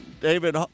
David